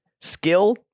skill